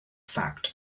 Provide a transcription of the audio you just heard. fact